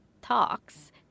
Talks